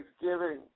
Thanksgiving